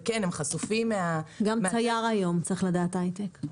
וכן הם חשופים --- גם צייר היום צריך לדעת היי-טק.